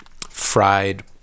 fried